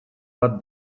bat